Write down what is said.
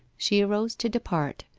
she arose to depart,